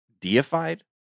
deified